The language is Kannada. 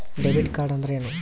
ಡೆಬಿಟ್ ಕಾರ್ಡ್ಅಂದರೇನು?